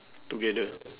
together